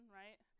right